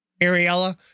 Ariella